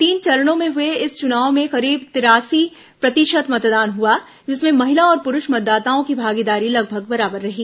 तीन चरणों में हुए इस चुनाव में करीब तिरासी प्रतिशत मतदान हुआ जिसमें महिला और पुरूष मतदाताओं की भागीदारी लगभग बराबर रही